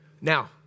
Now